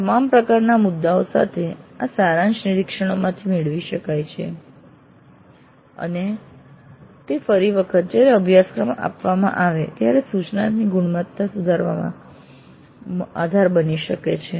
આ તમામ પ્રકારના મુદ્દાઓ આ સારાંશ નિરીક્ષણોમાંથી મેળવી શકાય છે અને તે ફરી વખત જયારે અભ્યાસક્રમ આપવામાં આવે ત્યારે સૂચનાની ગુણવત્તામાં સુધારાના આયોજન માટે આધાર બની શકે છે